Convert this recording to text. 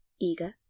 eager